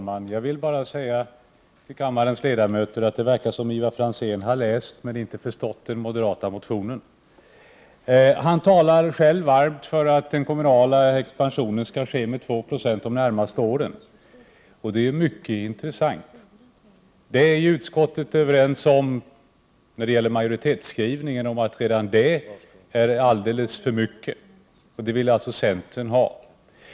Herr talman! Det verkar som om Ivar Franzén har läst men inte förstått den moderata motionen. Ivar Franzén talar varmt för en kommunal expansion om 2 26 under de närmaste åren. Det är mycket intressant. Men 144 det framgår av utskottsmajoritetens skrivning att redan det är alldeles för mycket. Det är i varje fall vad centern förespråkar. En sådan politik skulle — Prot.